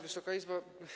Wysoka Izbo!